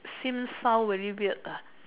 seems sound very weird ah